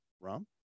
rum